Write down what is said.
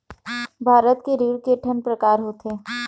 भारत के ऋण के ठन प्रकार होथे?